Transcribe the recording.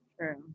True